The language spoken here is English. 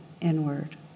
inward